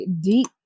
deep